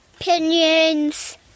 opinions